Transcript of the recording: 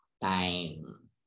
Time